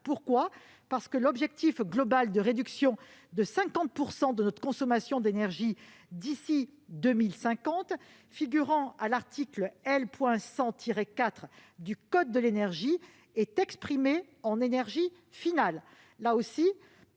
En effet, l'objectif global de réduction de 50 % de notre consommation d'énergie d'ici à 2050 figurant à l'article L. 100-4 du code de l'énergie est exprimé en énergie finale.